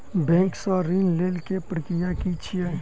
Bank सऽ ऋण लेय केँ प्रक्रिया की छीयै?